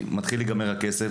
כי מתחיל להיגמר הכסף,